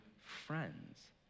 friends